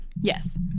Yes